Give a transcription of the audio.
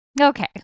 Okay